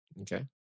okay